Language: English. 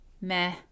meh